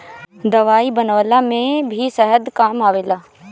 दवाई बनवला में भी शहद काम आवेला